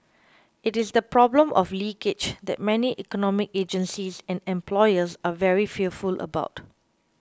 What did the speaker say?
it is the problem of 'leakage' that many economic agencies and employers are very fearful about